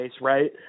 right